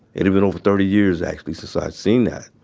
it had been over thirty years, actually, since i'd seen that.